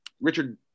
richard